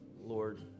Lord